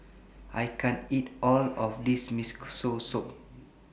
I can't eat All of This Miso Soup